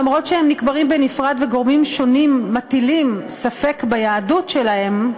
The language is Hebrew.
אף שהם נקברים בנפרד וגורמים שונים מטילים ספק ביהדות שלהם,